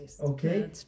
Okay